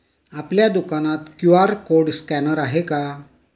आपल्या दुकानात QR code scanner आहे का?